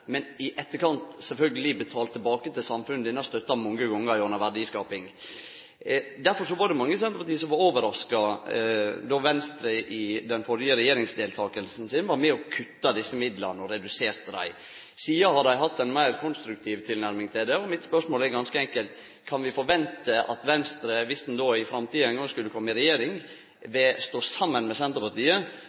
men i etterkant sjølvsagt har betalt tilbake til samfunnet denne støtta mange gonger gjennom verdiskaping. Derfor var det mange i Senterpartiet som var overraska då Venstre i den førre regjeringsdeltakinga si var med og kutta desse midlane og reduserte dei. Sidan har dei hatt ei meir konstruktiv tilnærming til det, og mitt spørsmål er ganske enkelt: Kan vi vente at Venstre viss dei i framtida ein gong skulle komme i regjering, vil stå saman med Senterpartiet